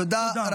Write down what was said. תודה.